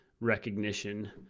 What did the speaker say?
recognition